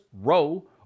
row